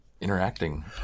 interacting